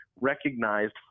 recognized